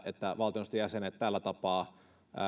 että valtioneuvoston jäsenet tällä tapaa